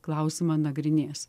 klausimą nagrinės